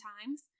times